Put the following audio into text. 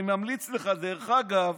דרך אגב,